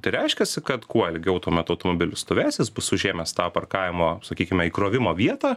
tai reiškiasi kad kuo ilgiau tuo metu automobilis stovės jis bus užėmęs tą parkavimo sakykime įkrovimo vietą